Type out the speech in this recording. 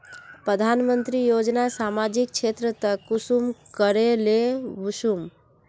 प्रधानमंत्री योजना सामाजिक क्षेत्र तक कुंसम करे ले वसुम?